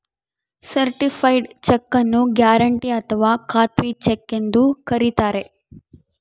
certified check ನ್ನು guarantee ಅಥಾವ ಖಾತ್ರಿ ಚೆಕ್ ಎಂದು ಕರಿತಾರೆ